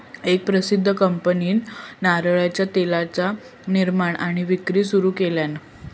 एका प्रसिध्द कंपनीन नारळाच्या तेलाचा निर्माण आणि विक्री सुरू केल्यान